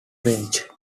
range